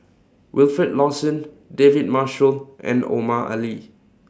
Wilfed Lawson David Marshall and Omar Ali